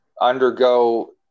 undergo